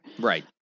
Right